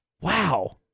wow